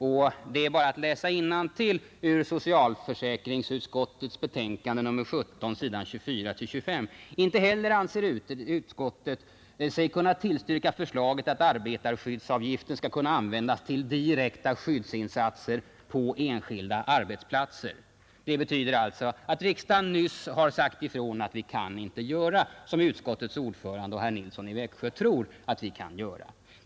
Men det är bara att läsa innantill i socialförsäkringsutskottets betänkande nr 17, s. 24 och 25: ”Inte heller anser utskottet sig kunna tillstyrka förslaget att arbetarskyddsavgiften skall kunna användas till direkta skyddsinsatser på enskilda arbetsplatser.” Det betyder att riksdagen nyss har sagt ifrån att vi kan inte göra som utskottets ordförande och herr Nilsson i Växjö tror att vi kan göra.